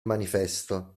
manifesto